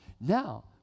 Now